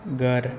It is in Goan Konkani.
घर